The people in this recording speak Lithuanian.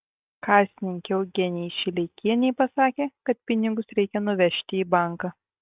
kasininkei eugenijai šileikienei pasakė kad pinigus reikia nuvežti į banką